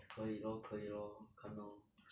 可以 lor 可以 lor 看 lor